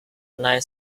nine